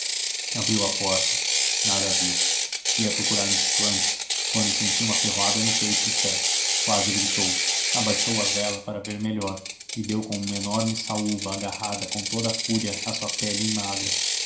abriu a porta nada viu ia procurar nos cantos quando sentiu uma ferroada no peito do pé quase gritou abaixou a vela para ver melhor e deu com uma enorme saúva agarrada com toda a fúria à sua pele magra